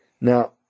Now